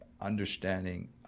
understanding